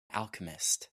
alchemist